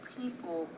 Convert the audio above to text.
people